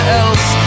else